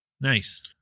Nice